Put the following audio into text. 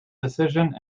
decision